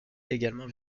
également